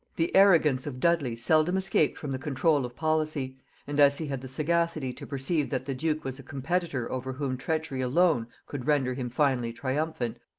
the arrogance of dudley seldom escaped from the control of policy and as he had the sagacity to perceive that the duke was a competitor over whom treachery alone could render him finally triumphant,